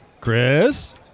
Chris